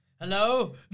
Hello